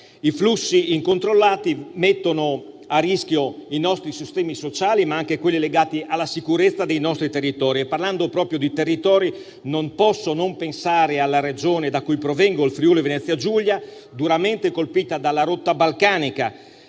I flussi incontrollati mettono a rischio i nostri sistemi sociali, ma anche quelli legati alla sicurezza dei nostri territori. Parlando proprio di territori, non posso non pensare alla Regione da cui provengo, il Friuli-Venezia Giulia, duramente colpita dalla rotta balcanica.